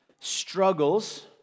struggles